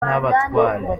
n’abatware